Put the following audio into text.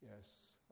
Yes